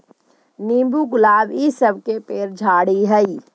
नींबू, गुलाब इ सब के पेड़ झाड़ि हई